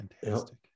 fantastic